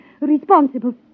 responsible